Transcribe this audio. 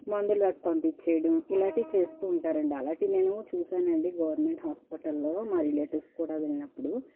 మందులు రాసి పంపించేయడం ఇలాంటివి చేస్తూ ఉంటారండి అలాంటివి నేను చూశానండి గవర్నమెంట్ హాస్పిటల్లో మా రిలేటివ్స్ కూడా వెళ్ళినప్పుడు